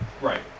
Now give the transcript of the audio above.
Right